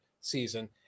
season